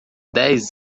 dez